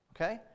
okay